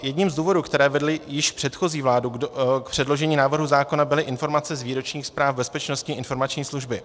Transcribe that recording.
Jedním z důvodů, které vedly již předchozí vládu k předložení návrhu zákona, byly informace z výročních zpráv Bezpečnostní informační služby.